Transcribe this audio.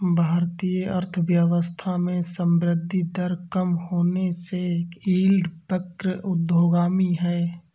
भारतीय अर्थव्यवस्था में संवृद्धि दर कम होने से यील्ड वक्र अधोगामी है